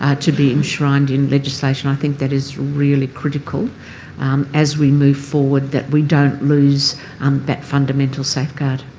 ah to be enshrined in legislation. i think that is really critical as we move forward, that we don't lose um that fundamental safeguard.